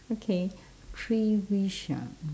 okay three wish ah